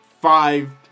five